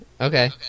Okay